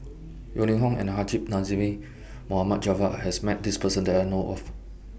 Yeo Ning Hong and Haji Namazie Mohd Javad has Met This Person that I know of